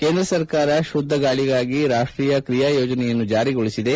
ಕೇಂದ್ರ ಸರ್ಕಾರ ಶುದ್ದ ಗಾಳಿಗಾಗಿ ರಾಷ್ಷೀಯ ಕ್ರಿಯಾ ಯೋಜನೆಯನ್ನು ಜಾರಿಗೊಳಿಸಿದೆ